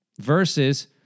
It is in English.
Versus